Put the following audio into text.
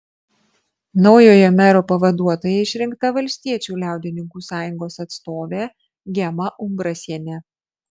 naujojo mero pavaduotoja išrinkta valstiečių liaudininkų sąjungos atstovė gema umbrasienė